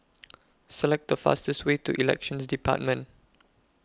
Select The fastest Way to Elections department